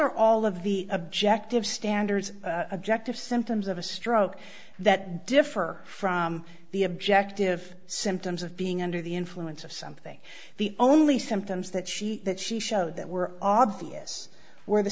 are all of the objective standards objective symptoms of a stroke that differ from the objective symptoms of being under the influence of something the only symptoms that she that she showed that were obvious were the